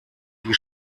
die